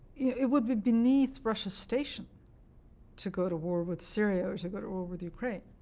it would be beneath russia's station to go to war with syria or to go to war with ukraine.